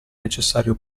necessario